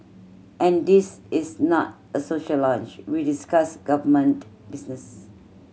and this is not a social lunch we discuss government business